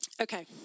Okay